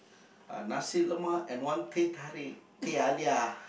uh Nasi-Lemak and one teh-tarik teh-halia